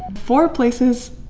four places